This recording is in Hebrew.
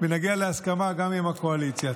ונגיע להסכמה גם עם הקואליציה.